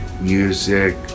music